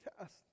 test